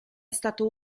stato